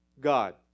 God